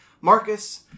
Marcus